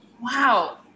wow